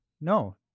no